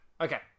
Okay